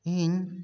ᱤᱧ